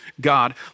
God